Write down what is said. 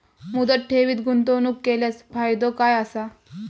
मुदत ठेवीत गुंतवणूक केल्यास फायदो काय आसा?